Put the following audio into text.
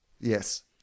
Yes